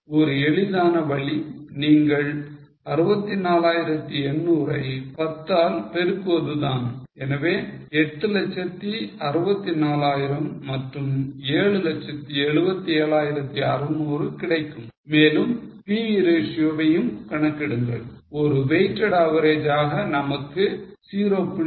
ஒரு எளிதான வழி நீங்கள் 64800 ஐ 10 ஆல் பெருக்குவது தான் எனவே 864000 மற்றும் 777600 கிடைக்கும் மேலும் PV ratio வையும் கணக்கிடுங்கள் ஒரு weighted average ஆக நமக்கு 0